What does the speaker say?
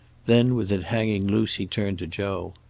then, with it hanging loose, he turned to joe.